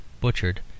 butchered